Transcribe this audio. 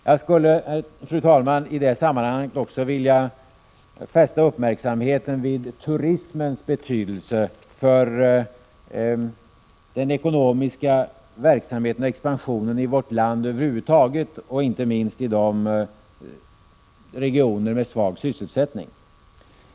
Jag skulle, fru talman, i det sammanhanget också vilja fästa uppmärksamheten vid turismens betydelse för den ekonomiska verksamheten och expansionen i vårt land över huvud taget och inte minst i regioner med svag sysselsättning.